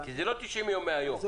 זה לא 90 יום מהיום.